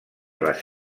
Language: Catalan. les